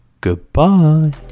Goodbye